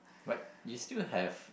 like you still have